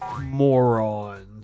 morons